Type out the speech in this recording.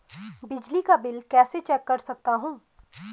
बिजली का बिल कैसे चेक कर सकता हूँ?